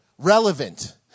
Relevant